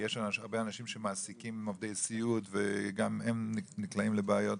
כי יש הרבה אנשים שמעסיקים עובדי סיעוד וגם הם נקלעים לבעיות,